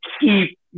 keep